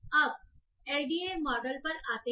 अब LDA model पर आते हैं